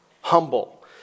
Humble